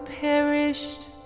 perished